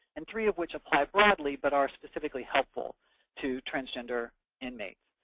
and three of which apply broadly but are specifically helpful to transgender inmates.